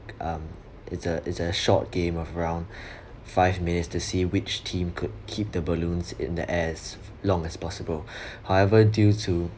um it's a it's a short game of around five minutes to see which team could keep the balloons in the air as long as possible however due to